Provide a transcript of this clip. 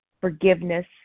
forgiveness